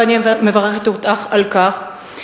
ואני מברכת אותך על כך,